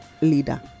leader